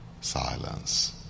silence